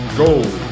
gold